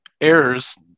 errors